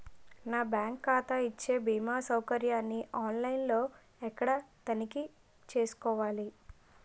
నా బ్యాంకు ఖాతా ఇచ్చే భీమా సౌకర్యాన్ని ఆన్ లైన్ లో ఎక్కడ తనిఖీ చేసుకోవాలి?